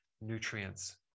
nutrients